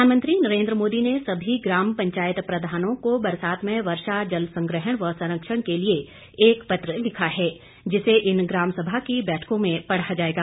प्रधानमंत्री नरेन्द्र मोदी ने सभी ग्राम पंचायत प्रधानों को बरसात में वर्षा जल संग्रहण व संरक्षण के लिए एक पत्र लिखा है जिसे इन ग्राम सभा की बैठकों में पढ़ा जाएगा